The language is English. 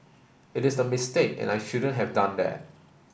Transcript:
it is a mistake and I shouldn't have done that